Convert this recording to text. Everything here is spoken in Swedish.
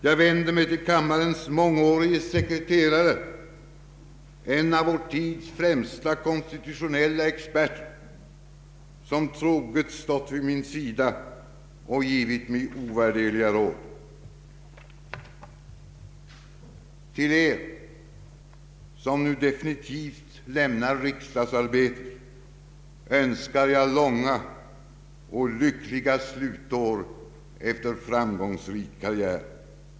Jag vänder mig till kammarens mångårige sekreterare, en av vår tids främste konstitutionella experter, som troget stått vid min sida och givit mig ovärderliga råd. Till Er som nu definitivt lämnar riksdagsarbetet önskar jag långa och lyckliga slutår efter framgångsrik karriär.